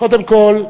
קודם כול,